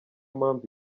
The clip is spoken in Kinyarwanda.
mpamvu